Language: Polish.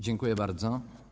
Dziękuję bardzo.